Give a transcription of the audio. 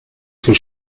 sie